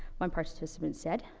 one participant said,